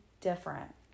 different